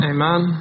Amen